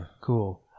Cool